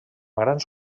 grans